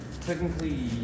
Technically